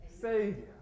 Savior